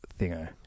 Thingo